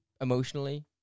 emotionally